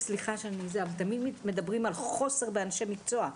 אבל תמיד מדברים על חוסר באנשי מקצוע.